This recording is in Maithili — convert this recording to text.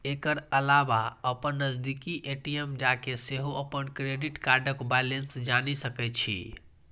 एकर अलावा अपन नजदीकी ए.टी.एम जाके सेहो अपन क्रेडिट कार्डक बैलेंस जानि सकै छी